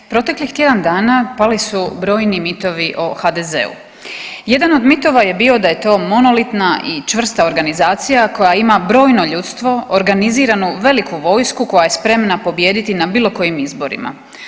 Proteklih tjedan dana pali su brojni mitovi o HDZ-u, jedan od mitova je bio da je to monolitna i čvrsta organizacija koja ima brojno ljudstvo, organiziranu veliku vojsku koja je spremna pobijediti na bilo kojim izborima.